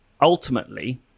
ultimately